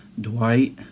Dwight